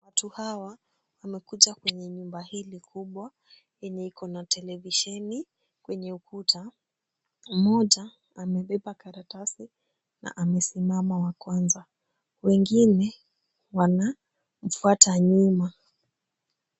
Watu hawa wamekuja kwenye nyumba hili kubwa yenye iko na televisheni kwenye ukuta. Mmoja amebeba karatasi na amesimama wa kwanza. Wengine wanamfuata nyuma.